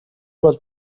бол